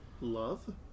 love